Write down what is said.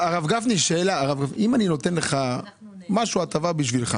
הרב גפני, שאלה: אם אני נותן לך הטבה בשבילך